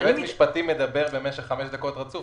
כשיועץ משפטי מדבר במשך חמש דקות רצוף,